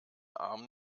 arm